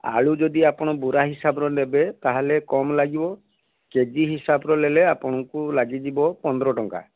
ଆଳୁ ଯଦି ଆପଣ ବୁରା ହିସାବର ନେବେ ତାହେଲେ କମ୍ ଲାଗିବ କେ ଜି ହିସାବରେ ନେଲେ ଆପଣଙ୍କୁ ଲାଗିଯିବ ପନ୍ଦର ଟଙ୍କା